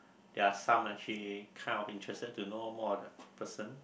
there are some I actually kind of interested to know more of the person